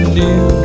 new